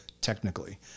technically